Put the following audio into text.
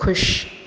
खु़शि